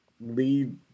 lead